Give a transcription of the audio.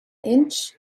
inch